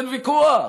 אין ויכוח,